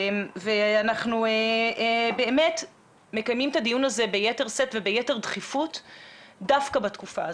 אנחנו באמת מקיימים את הדיון ביתר דחיפות וביתר שאת דווקא בתקופה הזאת.